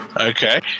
Okay